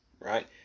right